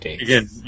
Again